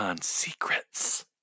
secrets